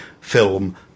film